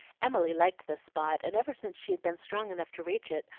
emily liked this spot, and ever since she had been strong enough to reach it,